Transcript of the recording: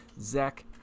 Zach